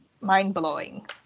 mind-blowing